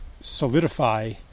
solidify